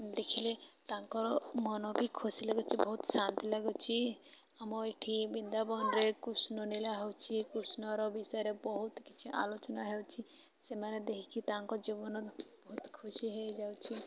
ଦେଖିଲେ ତାଙ୍କର ମନ ବି ଖୁସି ଲାଗୁଛି ବହୁତ ଶାନ୍ତି ଲାଗୁଛି ଆମ ଏଠି ବୃନ୍ଦାବନରେ କୃଷ୍ଣ ଲିଲା ହେଉଛିି କୃଷ୍ଣର ବିଷୟରେ ବହୁତ କିଛି ଆଲୋଚନା ହେଉଛି ସେମାନେ ଦେଖିକି ତାଙ୍କ ଜୀବନ ବହୁତ ଖୁସି ହେଇଯାଉଛି